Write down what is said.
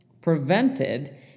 prevented